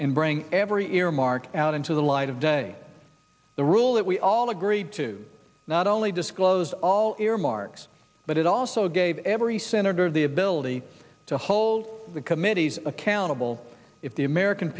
and bring every earmark out into the light of day the rule that we all agreed to not only disclose all earmarks but it also gave every senator the ability to hold the committees accountable if the american